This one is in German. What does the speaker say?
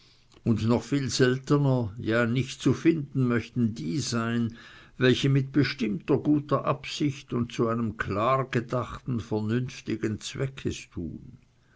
und noch viel seltener ja nicht zu finden möchten die sein welche mit bestimmter guter absicht und zu einem klar gedachten vernünftigen zweck es tun